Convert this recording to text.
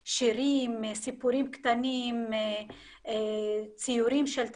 של שירים וסיפורים קטנים, ציורים של תלמידים,